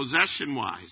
possession-wise